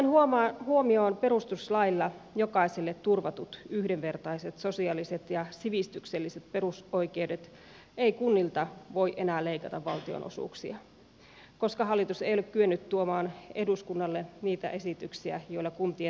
ottaen huomioon perustuslailla jokaiselle turvatut yhdenvertaiset sosiaaliset ja sivistykselliset perusoikeudet ei kunnilta voi enää leikata valtionosuuksia koska hallitus ei ole kyennyt tuomaan eduskunnalle niitä esityksiä joilla kuntien taakkaa kevennettäisiin